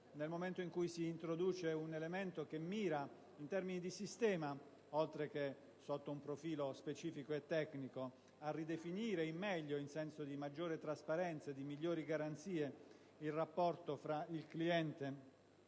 nel momento in cui si introduce un elemento che mira, in termini di sistema, oltre che sotto un profilo specifico e tecnico, a ridefinire in meglio, nel senso di una maggiore trasparenza e di migliori garanzie, il rapporto tra il cliente